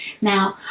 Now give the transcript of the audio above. Now